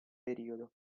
periodo